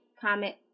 comment